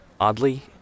oddly